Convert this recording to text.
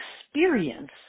experience